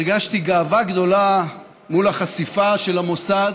הרגשתי גאווה גדולה מול החשיפה של המוסד